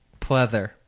Pleather